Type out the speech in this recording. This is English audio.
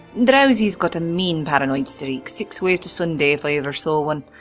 drowsy's got a mean paranoid streak six ways to sunday if i ever saw one.